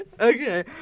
Okay